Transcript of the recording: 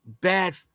bad